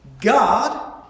God